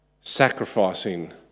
sacrificing